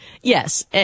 Yes